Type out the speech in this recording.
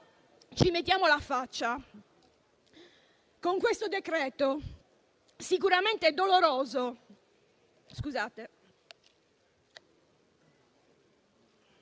ci mettiamo la faccia con questo decreto. Sicuramente è doloroso,